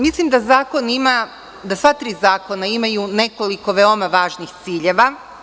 Mislim da sva tri zakona imaju nekoliko veoma važnih ciljeva.